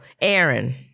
Aaron